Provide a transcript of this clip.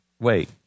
Wait